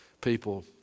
People